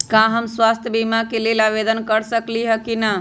का हम स्वास्थ्य बीमा के लेल आवेदन कर सकली ह की न?